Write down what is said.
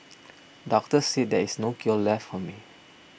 doctors said there is no cure left for me